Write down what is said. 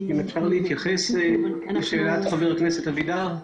אני רוצה להתייחס לשאלת חבר הכנסת אבידר.